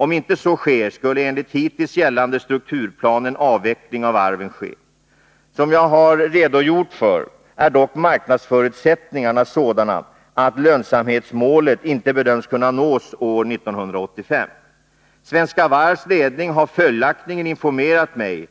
Om så inte sker skulle enligt hittills gällande strukturplan en avveckling av varven ske. Som jag har redogjort för, är dock marknadsförutsättningarna sådana att lönsamhetsmålet inte bedöms kunna nås år 1985. Svenska Varvs ledning har följaktligen informerat mig